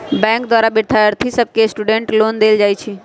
bank द्वारा विद्यार्थि सभके स्टूडेंट लोन देल जाइ छइ